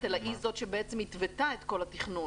אלא היא זאת שבעצם התוותה את כל התכנון.